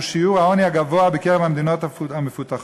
שהוא שיעור העוני הגבוה בקרב המדינות המפותחות.